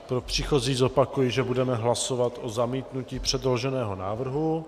Pro příchozí zopakuji, že budeme hlasovat o zamítnutí předloženého návrhu.